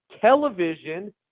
television